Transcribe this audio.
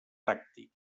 pràctic